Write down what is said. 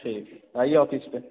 ठीक है आइए ऑफ़िस पर